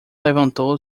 levantou